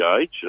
age